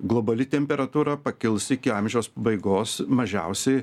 globali temperatūra pakils iki amžiaus pabaigos mažiausiai